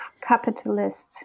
capitalist